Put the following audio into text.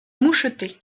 moucheté